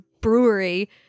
brewery